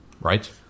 Right